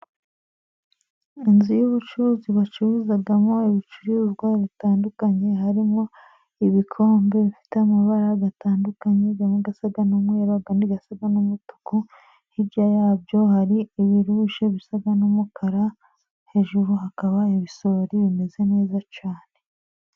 Inzu y'ubucuruzi bacururizamo ibicuruzwa bitandukanye, harimo ibikombe bifite amabara atandukanye, amwe asa n'umwemweru, andi asa n'umutuku, hirya yabyo hari ibirushe bisa n'umukara, hejuru hakaba ibisorori bimeze neza cyane.